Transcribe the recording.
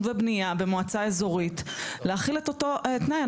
ובניה במועצה אזורית להחיל את אותו תנאי?